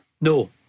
No